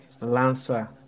Lancer